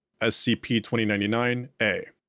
SCP-2099-A